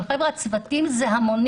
אבל, חבר'ה, הצוותים זה המונים.